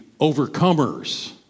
overcomers